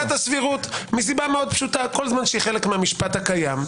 הסבירות כי כל זמן שהיא חלק מהמשפט הקיים,